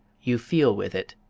you feel with it,